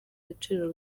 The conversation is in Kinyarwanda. agaciro